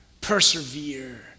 Persevere